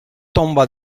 tomba